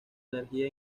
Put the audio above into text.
energía